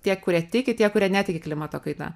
tie kurie tiki tie kurie netiki klimato kaita